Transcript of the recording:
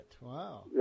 Wow